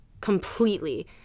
completely